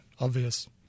obvious